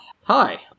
hi